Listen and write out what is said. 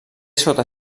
sota